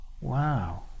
Wow